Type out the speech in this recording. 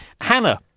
Hannah